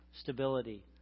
stability